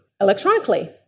electronically